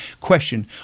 Question